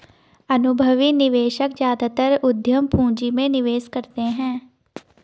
अनुभवी निवेशक ज्यादातर उद्यम पूंजी में निवेश करते हैं